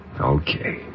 Okay